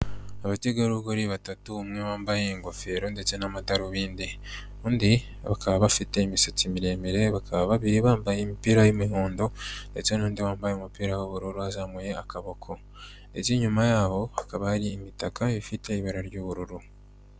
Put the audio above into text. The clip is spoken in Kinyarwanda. Abategarugori batatu, umwe wambaye ingofero ndetse n'amadarubindi, undi bakaba bafite imisatsi miremire bakaba babiri bambaye imipira y'imihondo ndetse n'undi wambaye umupira w'ubururu azamuye akaboko, ndetse inyuma yabo hakaba hari imitaka ifite ibara ry'ubururu.